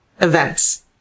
events